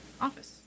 office